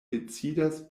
decidas